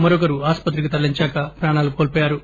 మరొకరు ఆస్పత్రికి తరలించాక ప్రాణాలు కోల్పోయాడు